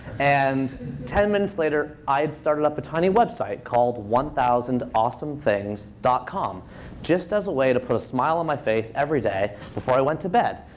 and ten minutes later, i had started up a tiny website called one thousand awesomethings dot com just as a way to put a smile on my face every day before i went to bed.